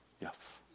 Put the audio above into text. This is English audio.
Yes